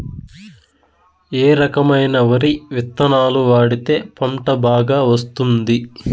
ఏ రకమైన వరి విత్తనాలు వాడితే పంట బాగా వస్తుంది?